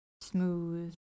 smooth